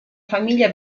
famiglia